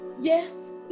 yes